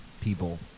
people